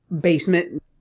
basement